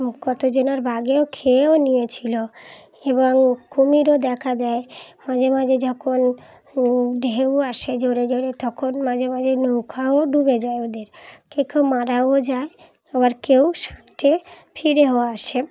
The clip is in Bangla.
কত জনের বাঘেও খেয়েও নিয়েছিলো এবং কুমিরও দেখা দেয় মাঝে মাঝে যখন ঢেউ আসে জোরে জোরে তখন মাঝে মাঝে নৌকাও ডুবে যায় ওদের কে কেউ মারাও যায় আবার কেউ সাঁতরে ফিরেও আসে